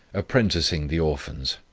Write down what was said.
apprenticing the orphans.